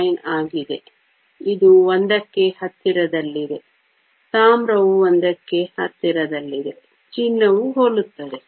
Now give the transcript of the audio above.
99 ಆಗಿದೆ ಇದು 1 ಕ್ಕೆ ಹತ್ತಿರದಲ್ಲಿದೆ ತಾಮ್ರವು 1 ಕ್ಕೆ ಹತ್ತಿರದಲ್ಲಿದೆ ಚಿನ್ನವು ಹೋಲುತ್ತದೆ